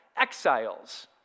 exiles